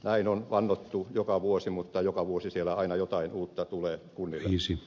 näin on vannottu joka vuosi mutta joka vuosi sieltä aina jotain uutta tulee kunnille